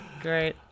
Great